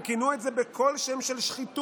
הם כינו את זה בכל שם של שחיתות,